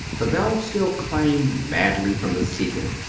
the bell still clanged madly from the steeple,